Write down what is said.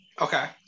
okay